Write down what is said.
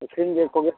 ᱥᱤᱢ ᱡᱤᱞ ᱠᱚᱜᱮ